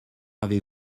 avez